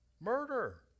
Murder